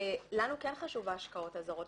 לנו כן חשובות ההשקעות הזרות,